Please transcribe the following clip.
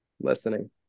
Listening